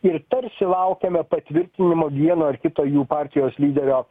ir tarsi laukiame patvirtinimo vieno ar kito jų partijos lyderio